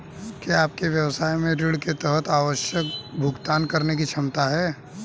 क्या आपके व्यवसाय में ऋण के तहत आवश्यक भुगतान करने की क्षमता है?